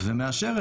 ומאשרת.